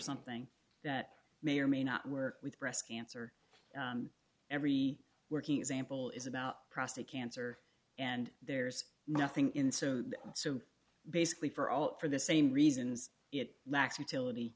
something that may or may not work with breast cancer every working example is about prostate cancer and there's nothing in so that so basically for all for the same reasons it lacks utility